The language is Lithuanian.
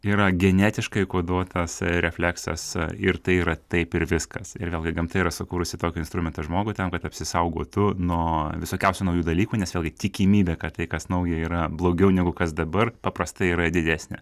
yra genetiškai koduotas refleksas ir tai yra taip ir viskas ir vėlgi gamta yra sukūrusi tokį instrumentą žmogų tam kad apsisaugotų nuo visokiausių naujų dalykų nes vėlgi tikimybė kad tai kas nauja yra blogiau negu kas dabar paprastai yra didesnė